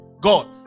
God